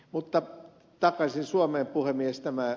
mutta takaisin suomeen puhemies tämä